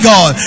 God